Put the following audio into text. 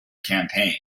campaign